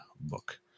book